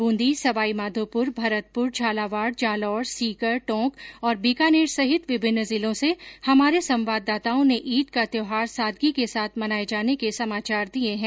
ब्रंदी सवाईमाधोपुर भरतपुर झालावाड़ जालौर सीकर टोंक और बीकानेर सहित विभिन्न जिलों से हमारे संवादाताओं ने ईद का त्योहार सादगी के साथ मनाये जाने के समाचार दिये है